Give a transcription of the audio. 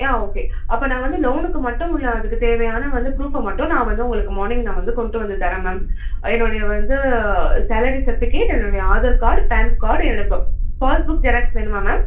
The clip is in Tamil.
யா ஓகே அப்போ நான் வந்து லோனுக்கு மட்டும் உள்ள அதுக்கு தேவையான வந்து ப்ரூஃபை மட்டும் நான் வந்து உங்களுக்கு மார்னிங் நான் வந்து கொண்டு வந்து தரேன் மேம் என்னுடைய வந்து சேலரி சர்ட்டிஃபிகேட் என்னுடைய ஆதார் கார்ட் பேன் கார்ட் என்னுடைய புக் பாஸ்புக் ஜெராக்ஸ் வேணுமா மேம்